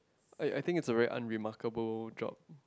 I I think it's a very unremarkable job